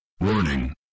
Warning